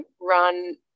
run